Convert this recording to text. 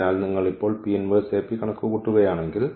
അതിനാൽ നിങ്ങൾ ഇപ്പോൾ കണക്കുകൂട്ടുകയാണെങ്കിൽ